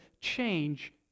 change